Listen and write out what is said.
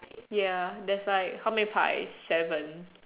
ya there's like how many pies seven